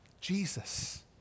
Jesus